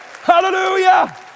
Hallelujah